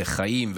חיים,